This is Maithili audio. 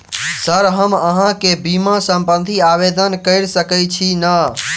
सर हम अहाँ केँ बीमा संबधी आवेदन कैर सकै छी नै?